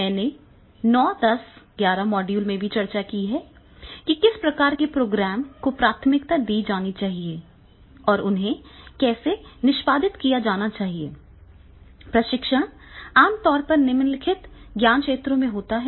मैंने 910 11 मॉड्यूल में चर्चा की है कि किस प्रकार के प्रोग्राम को प्राथमिकता दी जानी चाहिए और उन्हें कैसे निष्पादित किया जाना चाहिए प्रशिक्षण आमतौर पर निम्नलिखित ज्ञान क्षेत्रों में होता है